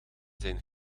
zijn